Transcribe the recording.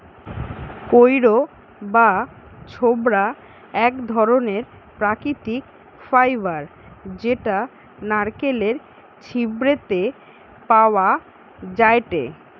কইর বা ছোবড়া এক ধরণের প্রাকৃতিক ফাইবার যেটা নারকেলের ছিবড়ে তে পাওয়া যায়টে